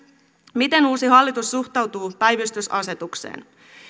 miten uusi hallitus suhtautuu päivystysasetukseen